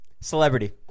Celebrity